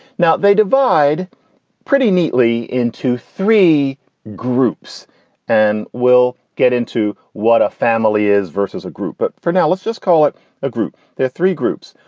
now they divide pretty neatly into three groups and we'll get into what a family is versus a group. but for now, let's just call it a group. there are three groups.